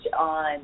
on